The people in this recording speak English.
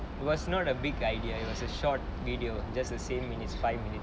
it was not a big idea it was a short video just the same minutes five minutes